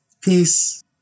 peace